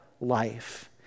life